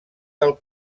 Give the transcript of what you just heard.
del